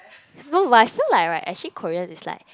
no but I feel like right actually Korean is like